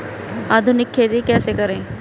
आधुनिक खेती कैसे करें?